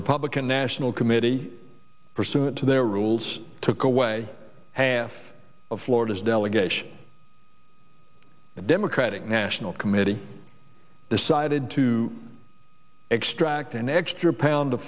republican national committee pursuant to their rules took away half of florida's delegation the democratic national committee decided to extract an extra pound